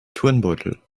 turnbeutel